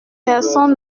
personne